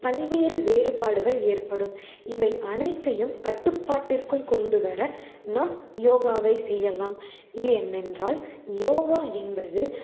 பல்வேறு வேறுபாடுகள் ஏற்படும் இவை அனைத்தையும் கட்டுப்பாட்டிற்குள் கொண்டுவர நாம் யோகாவை செய்யலாம் ஏனென்றால் யோகா என்பது